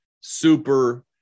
super